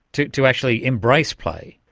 to to actually embrace play?